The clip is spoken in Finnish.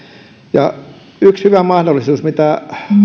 yksi hyvä mahdollisuus mitä